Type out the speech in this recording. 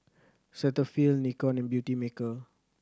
Cetaphil Nikon and Beautymaker